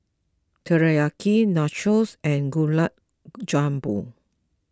Teriyaki Nachos and Gulab Jamun